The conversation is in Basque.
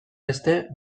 beste